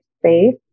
space